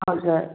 हजुर